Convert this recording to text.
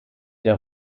der